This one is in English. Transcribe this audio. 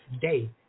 day